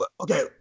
Okay